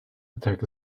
attack